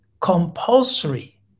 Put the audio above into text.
compulsory